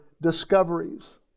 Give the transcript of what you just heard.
discoveries